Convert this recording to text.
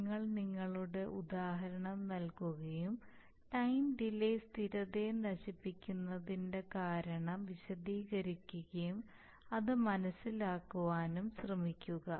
നിങ്ങൾ നിങ്ങളുടെ ഉദാഹരണം നൽകുകയും ടൈം ഡിലേ സ്ഥിരതയെ നശിപ്പിക്കുന്നതിന്റെ കാരണം വിശദീകരിക്കുകയും അത് മനസ്സിലാക്കുവാനും ശ്രമിക്കുക